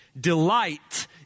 Delight